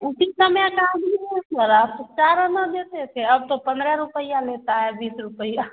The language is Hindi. उसी समय का आदमी है सर आप तो चार आना देते थे अब तो पंद्रहा रूपइया लेता है बीस रूपइया